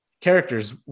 characters